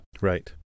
Right